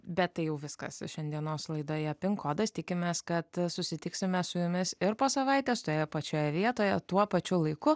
bet tai jau viskas šiandienos laidoje pin kodas tikimės kad susitiksime su jumis ir po savaitės toje pačioje vietoje tuo pačiu laiku